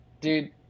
dude